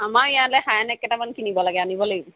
আমাৰ ইয়ালৈ high neck কেইটামান কিনিব লাগে আনিব লাগিব